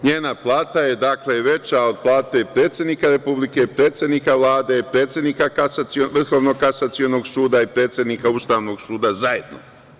NJena plata je dakle, veća od plate predsednika Republike, predsednika Vlade, predsednika VKS i predsednika Ustavnog suda zajedno.